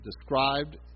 described